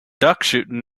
duckshooting